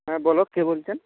হ্যাঁ বলো কে বলছেন